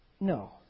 No